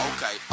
Okay